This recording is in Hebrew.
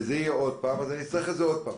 אם יתפרץ עוד פעם אז אני אצטרך את זה עוד פעם.